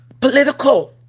political